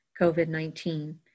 COVID-19